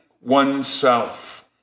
oneself